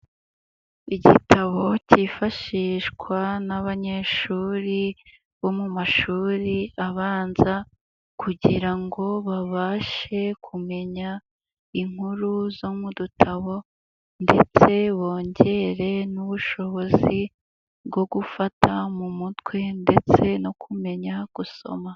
Igitabo cyifashishwa n'abanyeshuri bo mu mashuri abanza, kugira ngo babashe kumenya inkuru zo mu dutabo, ndetse bongere n'ubushobozi bwo gufata mu mutwe, ndetse no kumenya gusoma.